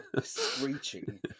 Screeching